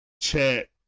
Chat